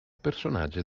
personaggi